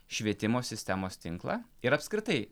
švietimo sistemos tinklą ir apskritai